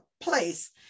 Place